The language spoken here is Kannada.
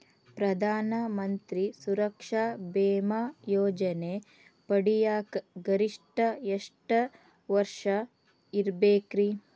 ಪ್ರಧಾನ ಮಂತ್ರಿ ಸುರಕ್ಷಾ ಭೇಮಾ ಯೋಜನೆ ಪಡಿಯಾಕ್ ಗರಿಷ್ಠ ಎಷ್ಟ ವರ್ಷ ಇರ್ಬೇಕ್ರಿ?